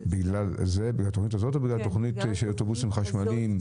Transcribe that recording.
בגלל התוכנית הזאת או בגלל התוכנית של אוטובוסים חשמליים?